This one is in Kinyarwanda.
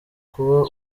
kuba